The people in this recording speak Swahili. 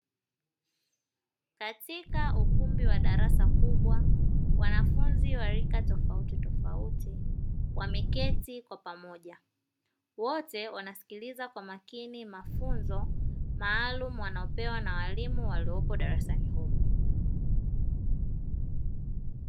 Katika ukumbi wa darasa kubwa wanafunzi wa rika tofauti tofauti wameketi kwa pamoja wote wanasikiliza kwa makini mafunzo maalumu wanayopewa na walimu waliopo darasani humo.